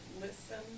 listen